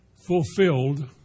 Fulfilled